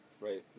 Right